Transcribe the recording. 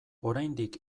oraindik